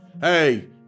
hey